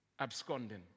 absconding